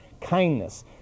kindness